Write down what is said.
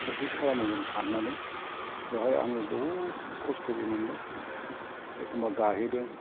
exercise खालामोमोन खारनानै बावहाय आङो बुहुद खस्थ'बो मोनदों एखम्बा गाहेदों